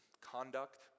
conduct